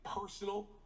personal